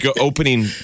opening